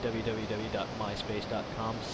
www.MySpace.com